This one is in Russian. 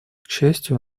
счастью